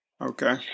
Okay